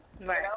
Right